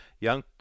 young